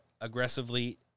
aggressively